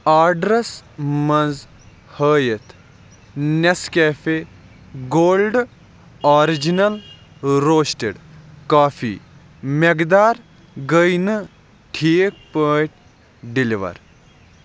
آرڈرَس منٛز ہٲیِتھ Nescafe gold original roasted coffee مٮ۪قدار گٔے نہٕ ٹھیٖک پٲٹھۍ ڈِلوَر